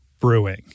brewing